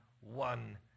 one